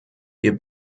wir